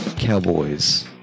Cowboys